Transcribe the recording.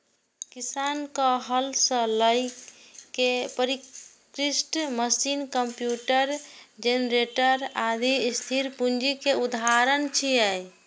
किसानक हल सं लए के परिष्कृत मशीन, कंप्यूटर, जेनरेटर, आदि स्थिर पूंजी के उदाहरण छियै